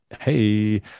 hey